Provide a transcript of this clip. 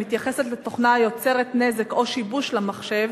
המתייחסת לתוכנה היוצרת נזק או שיבוש למחשב